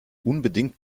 unbedingt